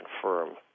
confirm